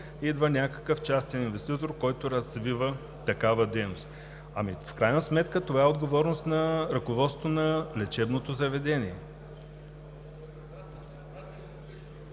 идва някакъв частен инвеститор, който развива такава дейност. Ами в крайна сметка това е отговорност на ръководството на лечебното заведение.